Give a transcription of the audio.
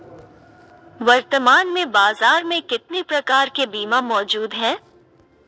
वर्तमान में बाज़ार में कितने प्रकार के बीमा मौजूद हैं?